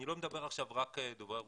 אני לא מדבר עכשיו רק על דוברי רוסית,